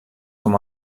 com